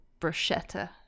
bruschetta